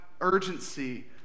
urgency